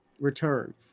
return